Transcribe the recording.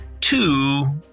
two